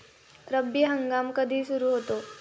रब्बी हंगाम कधी सुरू होतो?